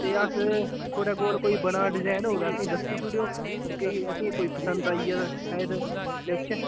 ते अस थोआड़े कोल कोई बने दा डिजाइन होग ते असेगी दस्सी शुड़यो होर कोई असें कोई पसंद आई गेआ तां शायद लेई औचै